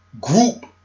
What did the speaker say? group